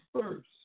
first